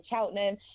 Cheltenham